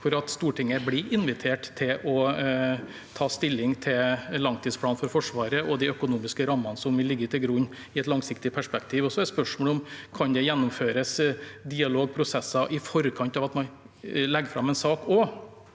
Stortinget blir invitert til å ta stilling til langtidsplanen for Forsvaret og de økonomiske rammene som vil ligge til grunn i et langsiktig perspektiv. Så er spørsmålet om det også kan gjennomføres dialog og prosesser i forkant av at man legger fram en sak.